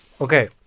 Okay